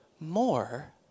More